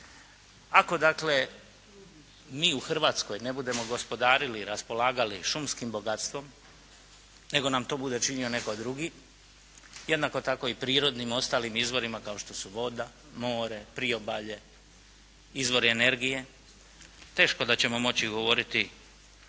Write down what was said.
Ako dakle, mi u Hrvatskoj ne budemo gospodarili, raspolagali šumskim bogatstvom nego nam to bude činio netko drugi jednako tako i prirodnim ostalim izvorima kao što su voda, more, priobalje, izvori energije teško da ćemo moći govoriti